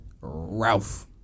Ralph